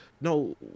no